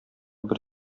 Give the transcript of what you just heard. бер